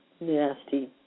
nasty